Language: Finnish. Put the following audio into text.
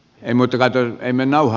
emotyvät jo ennen nauha